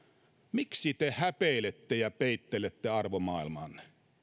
miksi te häpeilette ja peittelette arvomaailmaanne